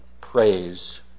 praise